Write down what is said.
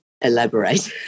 elaborate